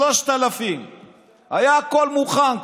3000. הכול היה מוכן.